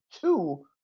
two